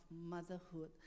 motherhood